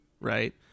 right